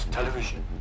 Television